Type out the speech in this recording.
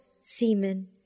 semen